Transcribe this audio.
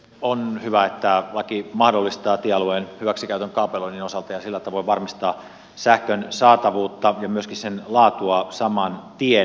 on hyvä että laki mahdollistaa tiealueen hyväksikäytön kaapeloinnin osalta ja sillä tavoin varmistaa sähkön saatavuutta ja myöskin sen laatua saman tien